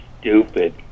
stupid